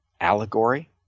allegory